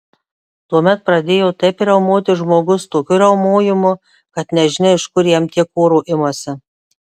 tuomet pradėjo taip riaumoti žmogus tokiu riaumojimu kad nežinia iš kur jam tiek oro imasi